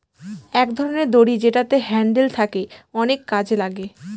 এক ধরনের দড়ি যেটাতে হ্যান্ডেল থাকে অনেক কাজে লাগে